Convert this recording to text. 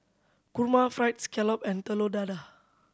kurma Fried Scallop and Telur Dadah